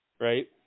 right